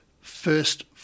first